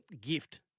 gift